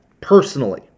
personally